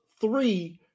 three